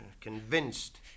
convinced